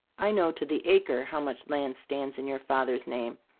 i know to the acre how much land stands in your father's name.